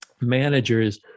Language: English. Managers